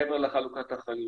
מעבר לחלוקת אחריות,